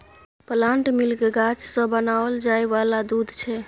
plant milk गाछ सँ बनाओल जाय वाला दूध छै